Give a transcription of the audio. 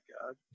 God